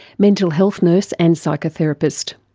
mental health nurse and psychotherapist.